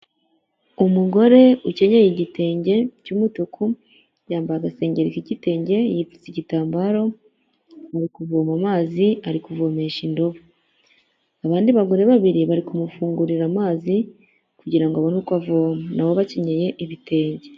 Umugore ukenyeye igitenge cy'umutuku, yambaye agasengeri k'igitenge yipfutsa igitambaro, ari kuvoma amazi ari kuvomesha indobo, abandi bagore babiri bari kumufungurira amazi kugira ngo abone uko avoma, na bo bakenyeye ibitenge.